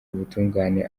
ubutungane